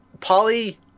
Polly